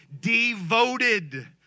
devoted